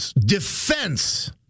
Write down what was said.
defense